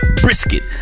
brisket